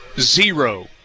zero